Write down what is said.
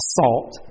assault